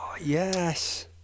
Yes